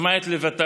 שמע את לבטיי